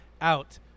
out